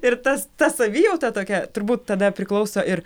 ir tas ta savijauta tokia turbūt tada priklauso ir